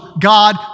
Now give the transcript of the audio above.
God